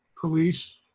police